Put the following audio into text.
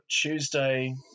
Tuesday